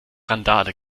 randale